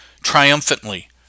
triumphantly